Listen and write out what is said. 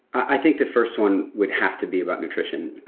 i think the first one would have to be about nutrition.